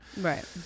right